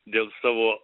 dėl savo